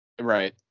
Right